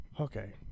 Okay